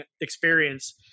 experience